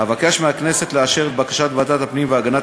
אבקש מהכנסת לאשר את בקשת ועדת הפנים והגנת